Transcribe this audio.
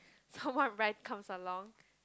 someone right comes along